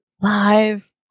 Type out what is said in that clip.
live